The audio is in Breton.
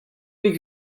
bet